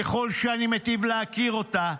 ככל שאני מיטיב להכיר אותה,